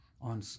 on